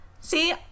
See